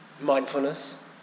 mindfulness